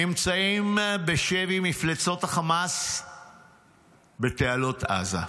נמצאים בשבי מפלצות החמאס בתעלות עזה.